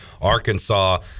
Arkansas